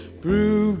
prove